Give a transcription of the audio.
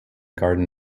garden